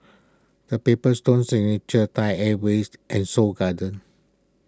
the Paper Stone Signature Thai Airways and Seoul Garden